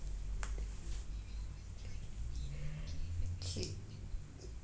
kay